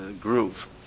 groove